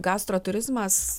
gastro turizmas